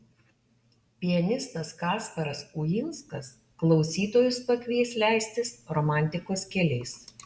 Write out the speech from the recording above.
pianistas kasparas uinskas klausytojus pakvies leistis romantikos keliais